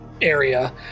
area